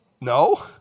no